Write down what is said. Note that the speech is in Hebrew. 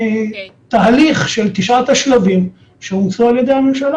התהליך של תשעת השלבים שאומצו על-ידי הממשלה